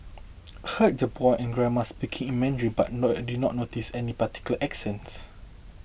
heard the boy and grandma speaking in Mandarin but no I did not notice any particular accents